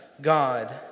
God